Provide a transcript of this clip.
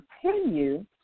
continue